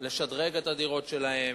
לשדרג את הדירות שלהם,